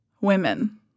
women